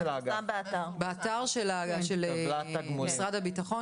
זה מפורסם באתר של אגף השיקום במשרד הביטחון,